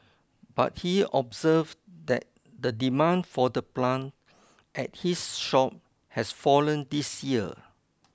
but he observed that the demand for the plant at his shop has fallen this year